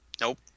Nope